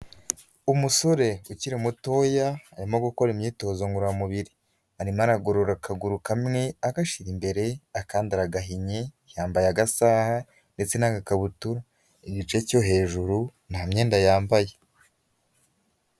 Umusore ukiri mutoya, arimo gukora imyitozo ngororamubiri, arimo aragorora akaguru kamwe agashyira imbere akandara agahinye, yambaye agasaha ndetse n'agakabutura, igice cyo hejuru nta myenda yambaye.